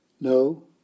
No